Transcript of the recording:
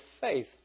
faith